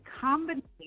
combination